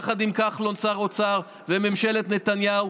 יחד עם כחלון שר האוצר וממשלת נתניהו,